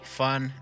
fun